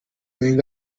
wenger